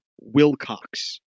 Wilcox